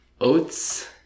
Oats